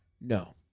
No